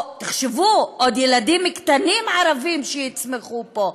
תחשבו, עוד ילדים קטנים ערבים שיצמחו פה.